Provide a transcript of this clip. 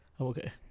okay